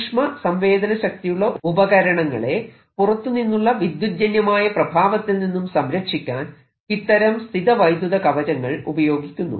സൂക്ഷ്മ സംവേദനശക്തിയുള്ള ഉപകരണങ്ങളെ പുറത്തുനിന്നുള്ള വിദ്യുത്ജന്യമായ പ്രഭാവത്തിൽ നിന്നും സംരക്ഷിക്കാൻ ഇത്തരം സ്ഥിത വൈദ്യുത കവചങ്ങൾ ഉപയോഗിക്കുന്നു